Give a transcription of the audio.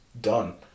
done